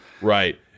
right